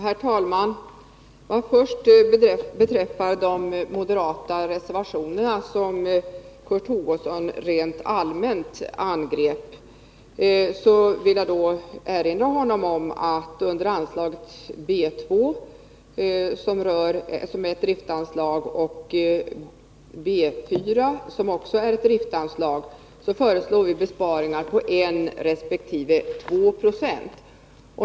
Herr talman! Vad först beträffar de moderata reservationerna — som Kurt Hugosson angrep rent allmänt — vill jag erinra Kurt Hugosson om att vi under anslagen B 2, som är ett driftsanslag, och B 4, som också är ett driftsanslag, föreslår besparingar på 1 resp. 2 20.